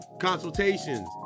consultations